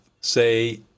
Say